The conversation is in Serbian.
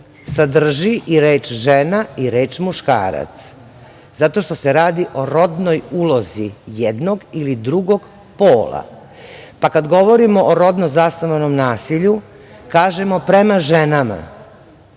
sadrži i reč žena i reč muškarac, zato što se radi o rodnoj ulozi, jednog ili drugog pola. Kada govorimo o rodno zasnovanom nasilju, kažemo prema ženama,